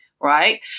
right